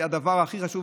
וזה הדבר הכי חשוב,